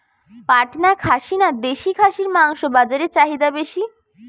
পাটনা খাসি না দেশী খাসির মাংস বাজারে চাহিদা বেশি?